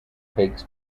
takes